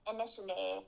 Initially